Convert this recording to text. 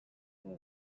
مجنون